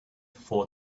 for